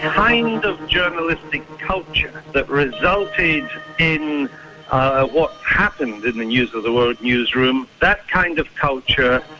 kind of journalistic culture that resulted in what happened in the news of the world newsroom, that kind of culture,